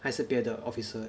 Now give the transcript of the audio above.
还是别的 officer